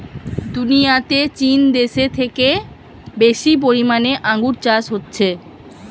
দুনিয়াতে চীন দেশে থেকে বেশি পরিমাণে আঙ্গুর চাষ হচ্ছে